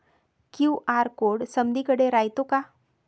QR code समदीकडे रायतो का?